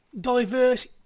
diverse